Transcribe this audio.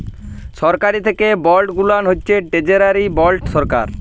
সরকারি থ্যাকে যে বল্ড গুলান হছে টেরজারি বল্ড সরকার